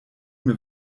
mir